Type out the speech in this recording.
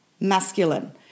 masculine